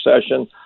session